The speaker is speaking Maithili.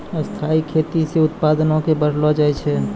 स्थाइ खेती से उत्पादो क बढ़लो जाय छै